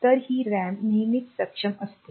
तर ही रॅम नेहमीच सक्षम असते